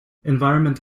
environment